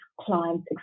clients